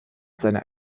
seiner